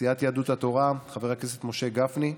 מסיעת יהדות התורה, חבר הכנסת משה גפני,